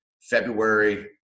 February